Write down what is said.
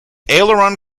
aileron